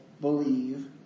believe